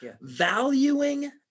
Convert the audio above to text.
valuing